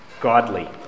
godly